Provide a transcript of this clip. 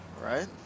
Right